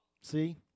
See